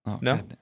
no